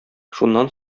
шуннан